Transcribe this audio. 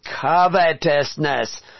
covetousness